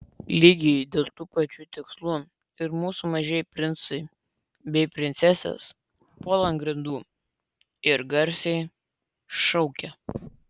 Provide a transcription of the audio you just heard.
lygiai dėl tų pačių tikslų ir mūsų mažieji princai bei princesės puola ant grindų ir garsiai šaukia